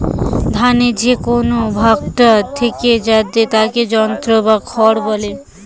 ধানের যে শুকনো ভাগটা থিকে যাচ্ছে তাকে স্ত্রও বা খড় বলে